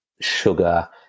sugar